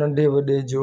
नंढे वॾे जो